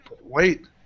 Wait